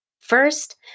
First